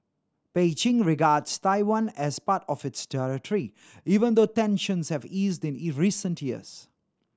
Beijing regards Taiwan as part of its territory even though tensions have eased in recent years